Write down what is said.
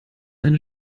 eine